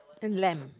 lamp